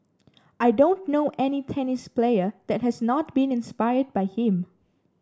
I don't know any tennis player that has not been inspired by him